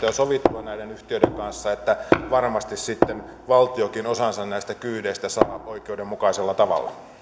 jo sovittua rajapinnoista näiden yhtiöiden kanssa että varmasti sitten valtiokin osansa näistä kyydeistä saa oikeudenmukaisella tavalla